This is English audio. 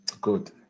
Good